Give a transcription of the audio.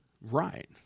Right